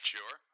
Sure